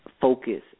focus